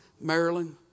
Maryland